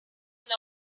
time